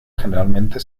generalmente